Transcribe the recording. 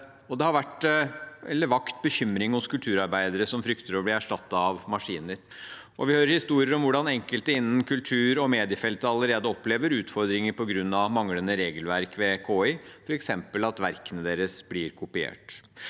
det har vakt bekymring hos kulturarbeidere, som frykter å bli erstattet av maskiner. Vi hører historier om hvordan enkelte innen kultur- og mediefeltet allerede opplever utfordringer på grunn av manglende regelverk ved KI, f.eks. at verkene deres blir kopiert.